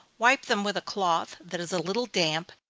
wipe them with a cloth that is a little damp,